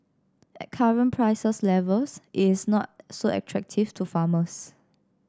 at current prices levels it's not so attractive to farmers